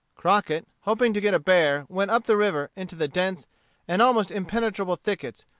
crockett, hoping to get a bear, went up the river into the dense and almost impenetrable thickets,